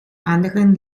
anderen